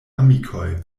amikoj